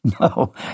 No